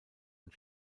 und